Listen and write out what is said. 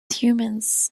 humans